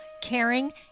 caring